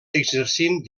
exercint